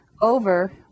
over